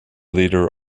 leader